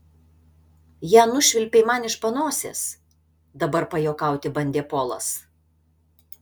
ją nušvilpei man iš panosės dabar pajuokauti bandė polas